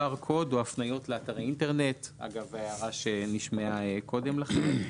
קוד) או הפניות לאתרי אינטרנט," אגב ההערה שנשמעה קודם לכן.